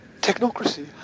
technocracy